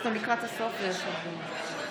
(קוראת בשמות חברי הכנסת)